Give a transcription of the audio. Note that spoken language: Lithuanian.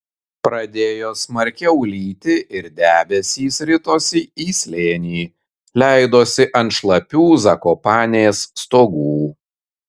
pradėjo smarkiau lyti ir debesys ritosi į slėnį leidosi ant šlapių zakopanės stogų